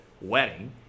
wedding